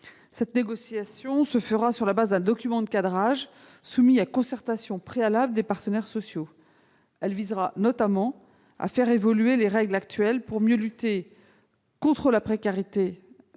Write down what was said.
Cette négociation se fera sur la base d'un document de cadrage, soumis à la concertation préalable des partenaires sociaux. Elle visera notamment à faire évoluer les règles actuelles pour mieux lutter contre la précarité